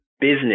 business